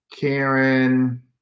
Karen